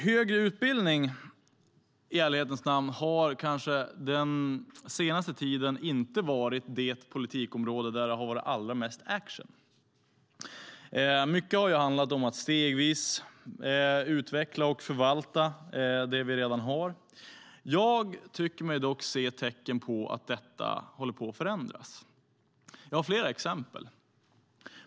Högre utbildning har i ärlighetens namn under den senaste tiden kanske inte varit det politikområde där det har varit allra mest action. Mycket har handlat om att stegvis utveckla och förvalta det vi redan har. Jag tycker mig dock se tecken på att detta håller på att förändras. Jag har flera exempel.